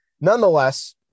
nonetheless